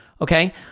Okay